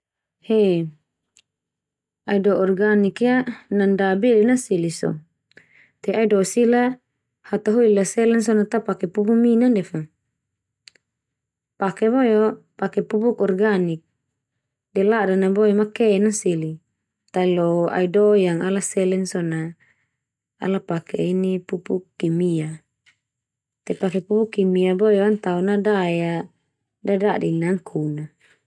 He, aido organik ia nanda belin nan seli so. Te aido sila hataholi la selen so na ta pake pupu mina ndia fa. Pake boe o pake pupuk organik. De ladan na boe o maken nan seli, ta lo aido yang ala selen so na ala pake ini pupuk kimia. Te pake pupuk kimia boe o an tao na dae a dadadin na an kona.